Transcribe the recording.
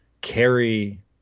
carry